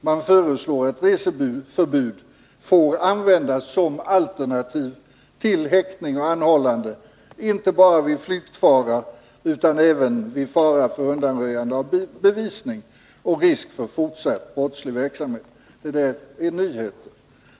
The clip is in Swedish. Det föreslås sålunda att ”reseförbud får användas som alternativ till häktning och anhållande inte bara vid flyktfara utan även vid fara för undanröjande av bevisning och risk för fortsatt brottslig verksamhet.